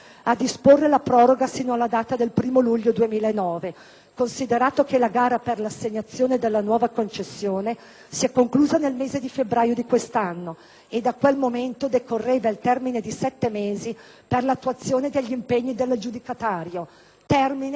considerato che la gara per l'assegnazione della nuova concessione si è conclusa nel mese di febbraio di quest'anno e da quel momento decorreva il termine di sette mesi per l'attuazione degli impegni dell'aggiudicatario, termine che comunque viene ora dilatato a ben sedici mesi.